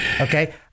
Okay